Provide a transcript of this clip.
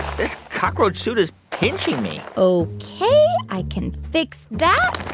this cockroach suit is pinching me ok, i can fix that.